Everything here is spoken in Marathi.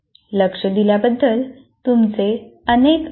लक्ष दिल्याबद्दल तुमचे अनेक आभार